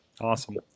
Awesome